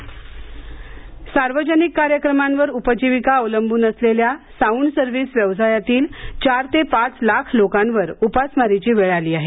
sound service सार्वजनिक कार्यक्रमांवर उपजीविका अवलंबून असलेल्या साउंड सर्व्हीस व्यवसायातील चार ते पाच लाख लोकांवर उपासमारीची वेळ आली आहे